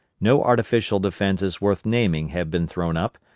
no artificial defences worth naming have been thrown up,